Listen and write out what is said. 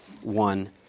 one